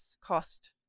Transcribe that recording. cost